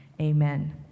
Amen